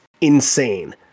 insane